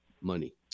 money